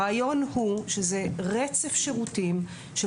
הרעיון הוא שזה רצף שירותים של